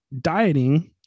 dieting